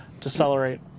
decelerate